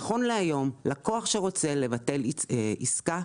נכון להיום לקוח שרוצה לבטל עסקה,